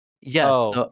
yes